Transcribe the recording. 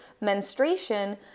menstruation